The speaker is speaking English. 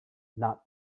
not